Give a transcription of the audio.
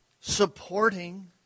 supporting